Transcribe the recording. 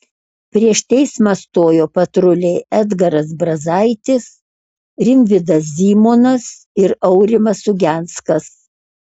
prieš teismą stojo patruliai edgaras brazaitis rimvydas zymonas ir aurimas ugenskas